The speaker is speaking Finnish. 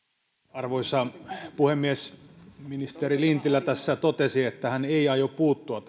arvoisa puhemies ministeri lintilä tässä totesi että hän ei aio puuttua